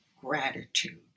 gratitude